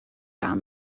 down